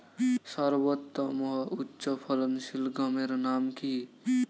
সর্বোত্তম ও উচ্চ ফলনশীল গমের নাম কি?